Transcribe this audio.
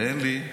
תן לי.